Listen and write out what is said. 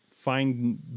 find